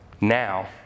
Now